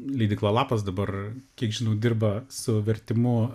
leidykla lapas dabar kiek žinau dirba su vertimu